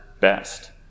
best